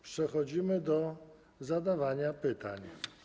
Przechodzimy do zadawania pytań.